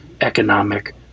economic